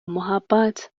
محبت